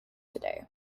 today